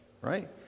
right